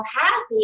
happy